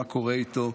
מה קורה איתו,